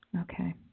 okay